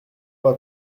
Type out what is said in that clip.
loi